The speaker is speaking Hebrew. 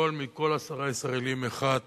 מכל עשרה ישראלים, אחד